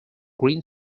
green